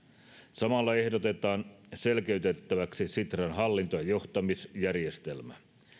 samalla ehdotetaan selkeytettäväksi sitran hallinto ja johtamisjärjestelmää